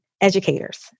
educators